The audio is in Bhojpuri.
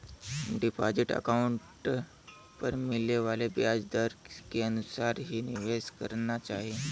डिपाजिट अकाउंट पर मिले वाले ब्याज दर के अनुसार ही निवेश करना चाही